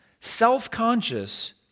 self-conscious